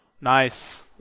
Nice